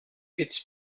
its